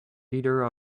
either